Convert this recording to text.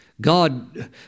God